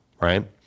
right